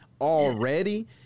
already